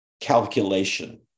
calculation